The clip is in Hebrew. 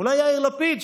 אולי יאיר לפיד,